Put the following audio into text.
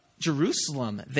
Jerusalem